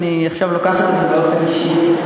אני עכשיו לוקחת את זה באופן אישי,